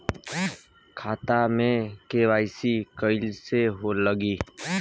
खाता में के.वाइ.सी कइसे लगी?